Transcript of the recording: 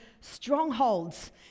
strongholds